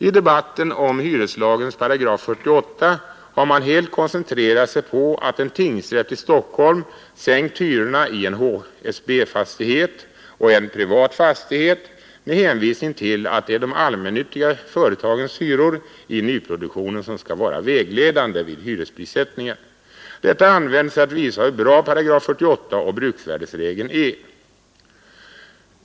I debatten om hyreslagens 48 8 har man helt koncentrerat sig på att en tingsrätt i Stockholm sänkt hyrorna i en HSB-fastighet och en privat fastighet med hänvisning till att det är de allmännyttiga företagens hyror i nyproduktionen som skall vara vägledande vid hyresprissättningen. Detta används för att visa hur bra 48 § och bruksvärdesregeln är.